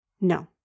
No